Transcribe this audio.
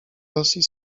rosji